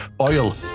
Oil